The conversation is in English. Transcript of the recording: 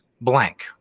blank